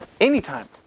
anytime